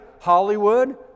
Hollywood